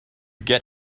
get